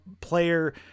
player